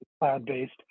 cloud-based